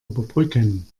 überbrücken